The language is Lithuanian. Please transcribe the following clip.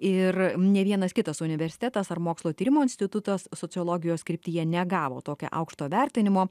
ir nė vienas kitas universitetas ar mokslo tyrimo institutas sociologijos kryptyje negavo tokio aukšto vertinimo